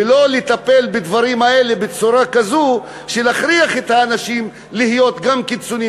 ולא לטפל בדברים האלה בצורה כזו של להכריח את האנשים להיות גם קיצונים.